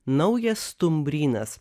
naujas stumbrynas